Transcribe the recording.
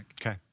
Okay